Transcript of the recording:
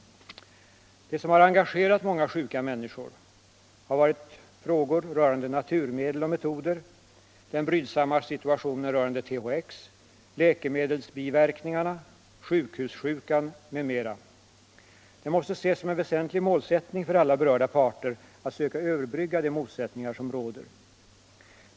Det som har engagerat många sjuka människor har varit frågor rörande naturmedel och metoder, den brydsamma situationen rörande THX, Jäkemedelsbiverkningar, sjukhussjukan m.m. Det måste ses som ett väsentligt mål för alla berörda parteratt söka överbrygga de motsättningarsom råder.